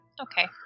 Okay